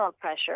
pressure